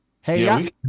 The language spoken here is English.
Hey